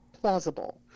plausible